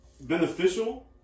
beneficial